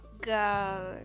girl